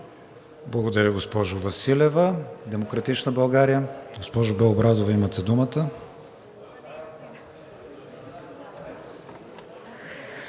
Благодаря, госпожо Василева. „Демократична България“. Госпожо Белобрадова, имате думата.